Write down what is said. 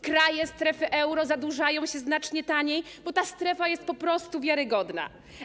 Kraje strefy euro zadłużają się znacznie taniej, bo ta strefa jest po prostu wiarygodna.